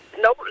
no